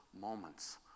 moments